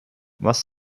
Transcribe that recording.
was